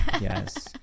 Yes